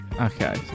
okay